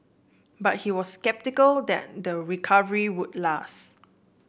but he was sceptical then the recovery would last